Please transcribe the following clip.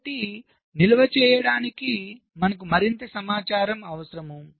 కాబట్టి నిల్వ చేయడానికి మనకు మరింత సమాచారం అవసరం